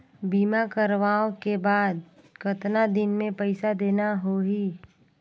बीमा करवाओ के बाद कतना दिन मे पइसा देना हो ही?